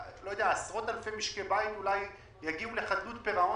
ועשרות אלפי משקי בית אולי יגיעו לחדלות פירעון